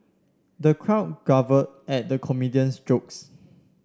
the crowd guffawed at the comedian's jokes